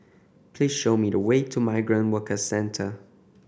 please show me the way to Migrant Workers Centre